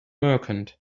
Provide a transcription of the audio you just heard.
merchant